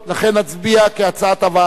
לכן נצביע על סעיפים 1 3 כהצעת הוועדה.